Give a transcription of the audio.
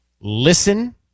listen